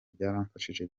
byaramfashije